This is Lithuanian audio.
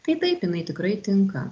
tai taip jinai tikrai tinka